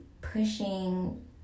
pushing